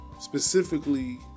Specifically